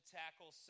tackle